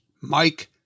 Mike